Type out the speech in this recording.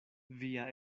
via